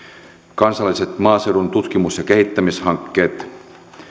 kansalliset maaseudun tutkimus ja kehittämishankkeet